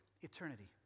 eternity